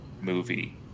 movie